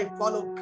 follow